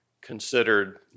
considered